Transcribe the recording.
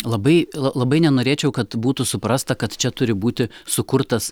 labai labai nenorėčiau kad būtų suprasta kad čia turi būti sukurtas